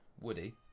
Woody